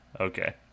Okay